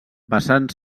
basant